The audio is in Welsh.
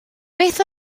beth